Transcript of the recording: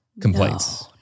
complaints